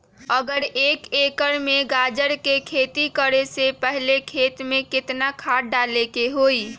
अगर एक एकर में गाजर के खेती करे से पहले खेत में केतना खाद्य डाले के होई?